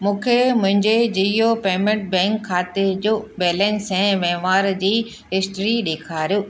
मूंखे मुंहिंजे Jio payment bank खाते जो बैलेंस ऐं वहिंवार जी हिस्ट्री ॾेखारियो